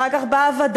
אחר כך בא הווד"ל,